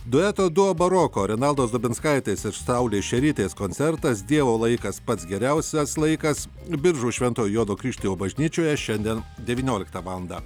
dueto duo baroko renaldos dubinskaitės ir saulės šerytės koncertas dievo laikas pats geriausias laikas biržų šventojo jono krikštytojo bažnyčioje šiandien devynioliktą valandą